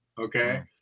okay